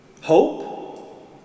Hope